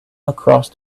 across